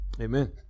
Amen